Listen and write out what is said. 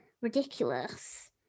ridiculous